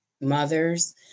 mothers